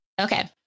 Okay